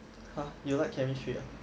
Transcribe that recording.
!huh! you like chemistry ah